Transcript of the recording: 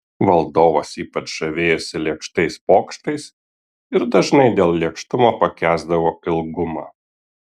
valdovas ypač žavėjosi lėkštais pokštais ir dažnai dėl lėkštumo pakęsdavo ilgumą